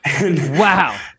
Wow